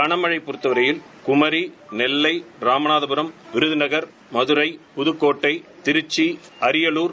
களமழைய பொறுத்தவரை குமரி நெல்லை ராமநாதபுரம் விருதநகர் மதுரை புதக்கோட்டை திருச்சி அரியலூர்